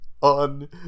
on